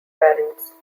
parents